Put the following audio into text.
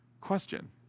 Question